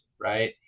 Right